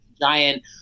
giant